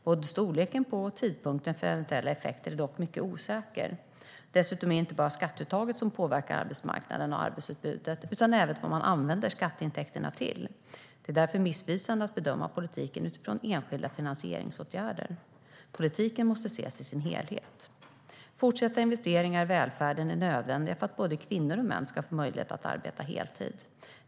Både storleken på och tidpunkten för eventuella effekter är dock mycket osäker. Dessutom är det inte bara skatteuttaget som påverkar arbetsmarknaden och arbetsutbudet utan även vad man använder skatteintäkterna till. Det är därför missvisande att bedöma politiken utifrån enskilda finansieringsåtgärder. Politiken måste ses i sin helhet. Fortsatta investeringar i välfärden är nödvändiga för att både kvinnor och män ska få möjlighet att arbeta heltid.